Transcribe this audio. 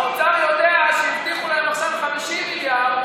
האוצר יודע שהבטיחו להם עכשיו 50 מיליארד,